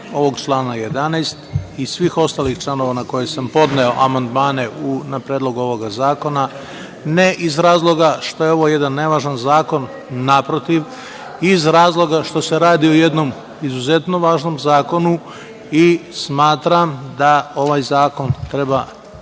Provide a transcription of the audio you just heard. ovog člana 11. i svih ostalih članova na koje sam podneo amandmane, na Predlog ovoga zakona, ne iz razloga što je ovo jedan nevažan zakon, naprotiv, iz razloga što se radi o jednom izuzetno važnom zakonu i smatram da ovaj zakon treba